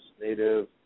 native